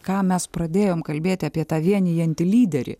ką mes pradėjom kalbėt apie tą vienijantį lyderį